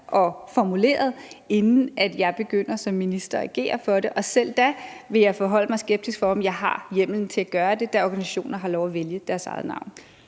og formuleret, inden jeg som minister begynder at agere på det. Og selv da vil jeg forholde mig skeptisk over for, om jeg har hjemmel til at gøre det, da organisationer har lov at vælge deres eget navn.